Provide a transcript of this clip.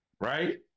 Right